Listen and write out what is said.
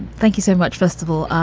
thank you so much, festival.